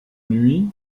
nuit